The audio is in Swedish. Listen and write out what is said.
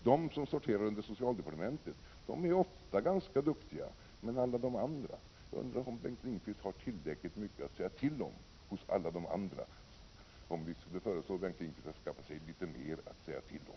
De som sorterar under socialdepartementet är ofta ganska duktiga, men alla de andra! Jag undrar om Bengt Lindqvist har tillräckligt mycket att säga till om hos alla de andra. Om vi skulle föreslå Bengt Lindqvist att skaffa sig litet mer att säga till om?